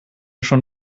schon